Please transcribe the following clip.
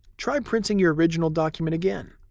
try printing your original document again.